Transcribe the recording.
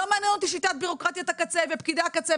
לא מעניין אותי שיטת בירוקרטיית הקצה ופקידי הקצה,